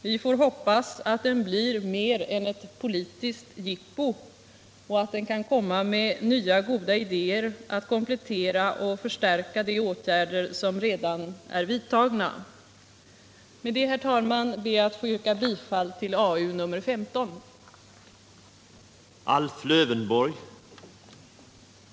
Vi får hoppas att den blir mer än ett politiskt jippo och att den kan komma med nya goda idéer för att komplettera och förstärka de åtgärder som redan är vidtagna. Med detta, herr talman, ber jag att få yrka bifall till hemställan i arbetsmarknadsutskottets betänkande nr 15.